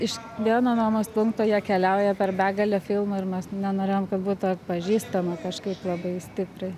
iš vieno nuomos punkto jie keliauja per begalę filmų ir mes nenorėjom būti atpažįstami kažkaip labai stipriai